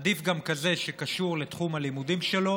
עדיף גם כזה שקשור לתחום הלימודים שלו,